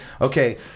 okay